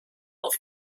auf